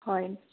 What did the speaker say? হয়